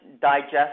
digest